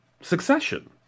Succession